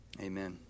Amen